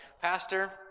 Pastor